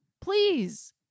please